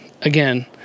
again